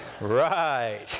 Right